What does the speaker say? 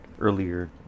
earlier